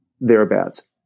thereabouts